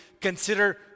consider